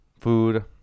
Food